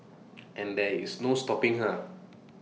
and there is no stopping her